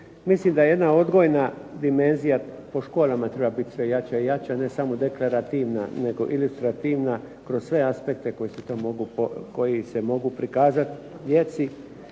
Mislim da jedna odgojna dimenzija po školama treba biti sve jača i jača. Ne samo deklarativne, nego i ilustrativna kroz sve aspekte koji se mogu prikazati djeci.